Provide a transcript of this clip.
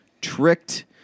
tricked